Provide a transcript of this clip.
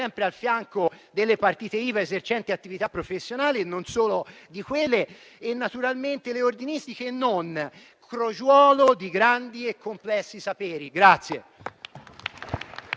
sempre al fianco delle partite IVA esercenti attività professionali, e non solo, e naturalmente di quelle le ordinistiche e non, crogiuolo di grandi e complessi saperi.